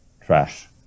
trash